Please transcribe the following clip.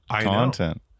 content